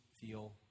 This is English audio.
feel